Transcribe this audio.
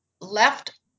left